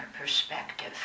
perspective